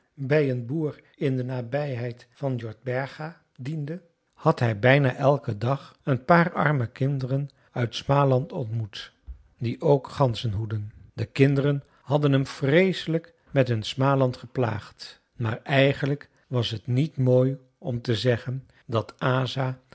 bij een boer in de nabijheid van jordberga diende had hij bijna elken dag een paar arme kinderen uit smaland ontmoet die ook ganzen hoedden die kinderen hadden hem vreeselijk met hun smaland geplaagd maar eigenlijk was het niet mooi om te zeggen dat asa